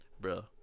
Bro